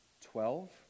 Twelve